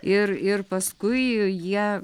ir ir paskui jie